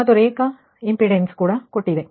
ಮತ್ತು ರೇಖಾ ಇಂಪಿಡೆನ್ಸ್ ಕೂಡ ಕೊಟ್ಟಿದೆ